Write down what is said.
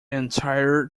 entire